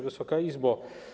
Wysoka Izbo!